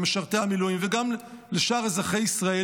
למשרתי המילואים וגם לשאר אזרחי ישראל,